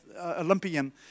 Olympian